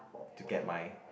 to get my